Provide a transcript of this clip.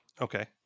Okay